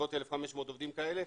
בסביבות 1,500 עובדים כאלה.